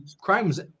crimes